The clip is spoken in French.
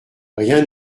rien